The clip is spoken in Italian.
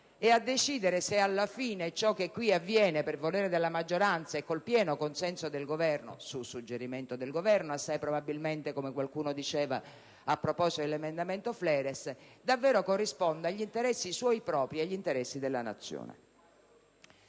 e a decidere se alla fine ciò che qui avviene per volere della maggioranza e con il pieno consenso del Governo, su suggerimento del Governo - assai probabilmente, come qualcuno diceva a proposito dell'emendamento Fleres - davvero corrisponda agli interessi suoi propri o agli interessi della Nazione.